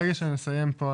ברגע שנסיים פה,